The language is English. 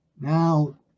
Now